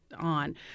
on